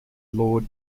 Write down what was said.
lord